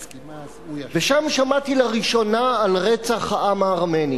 ושם שמעתי לראשונה על רצח העם הארמני.